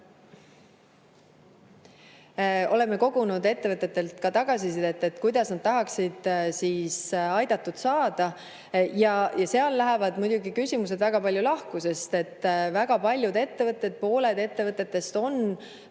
Oleme kogunud ettevõtetelt tagasisidet, kuidas nad tahaksid aidatud saada. Seal lähevad muidugi [arvamused] väga palju lahku, sest väga paljud ettevõtted, pooled